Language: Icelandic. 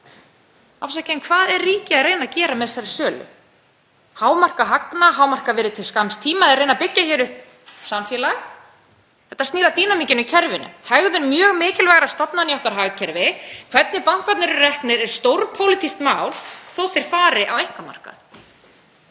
Afsakið, en hvað er ríkið að reyna að gera með þessari sölu? Hámarka hagnað, hámarka virðið til skamms tíma eða að reyna að byggja upp samfélag? Þetta snýr að dýnamíkinni í kerfinu, hegðun mjög mikilvægra stofnana í okkar hagkerfi. Hvernig bankarnir eru reknir er stórpólitískt mál þótt þeir fari á einkamarkað.